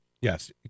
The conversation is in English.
yes